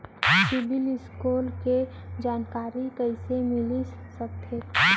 CIBIL score के जानकारी कइसे मिलिस सकथे?